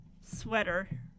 sweater